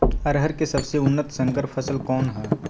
अरहर के सबसे उन्नत संकर फसल कौन हव?